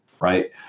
right